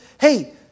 hey